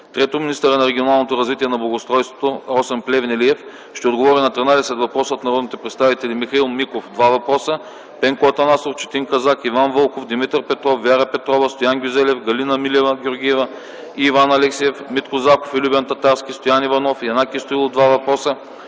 3. Министърът на регионалното развитие и благоустройството Росен Плевнелиев ще отговори на 13 въпроса от народните представители Михаил Михайлов (два въпроса); Пенко Атанасов, Четин Казак, Иван Вълков, Димитър Петров, Вяра Петрова, Стоян Гюзелев, Галина Милева-Георгиева и Иван Алексиев; Митко Захов и Любен Татарски; Стоян Иванов; Янаки Стоилов (два въпроса);